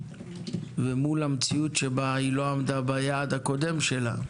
ומול המציאות שבה היא לא עמדה ביעד הקודם שלה,